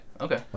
okay